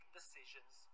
decisions